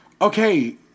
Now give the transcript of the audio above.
okay